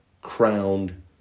crowned